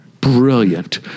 brilliant